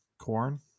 corn